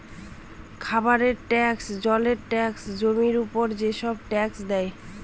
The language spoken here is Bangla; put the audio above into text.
খাবারের ট্যাক্স, জলের ট্যাক্স, জমির উপর যেসব ট্যাক্স দেয়